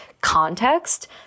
context